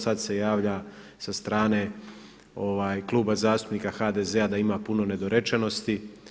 Sad se javlja sa strane Kluba zastupnika HDZ-a da ima puno nedorečenosti.